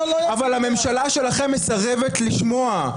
אבל הממשלה שלכם מסרבת לשמוע.